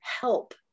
help